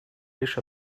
лишь